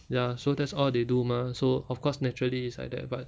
ya so that's all they do mah so of course naturally is like that but